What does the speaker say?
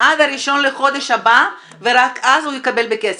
עד הראשון לחודש הבא ורק אז הוא יקבל בכסף,